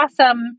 awesome